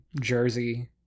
Jersey